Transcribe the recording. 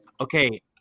Okay